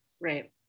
Right